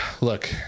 Look